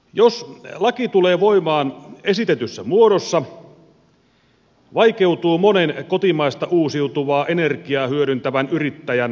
jos laki tulee voimaan esitetyssä muodossa vaikeutuu monen kotimaista uusiutuvaa ener giaa hyödyntävän yrittäjän toiminta